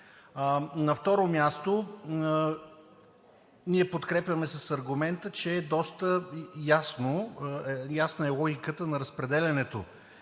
На второ място, ние подкрепяме с аргумента, че доста ясна е логиката на разпределянето